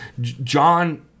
John